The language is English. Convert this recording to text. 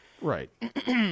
Right